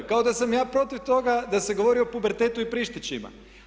Kao da sam ja protiv toga da se govori o pubertetu i prištićima.